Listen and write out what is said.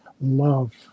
love